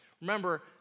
Remember